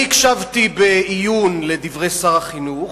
אני הקשבתי בעיון לדברי שר החינוך,